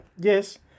yes